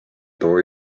too